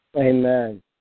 Amen